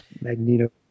Magneto